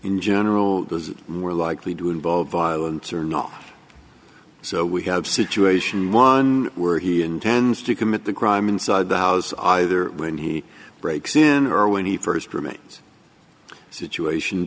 in general is more likely to involve violence or not so we have situation one were he intends to commit the crime inside the house either when he breaks in or when he first roommates situation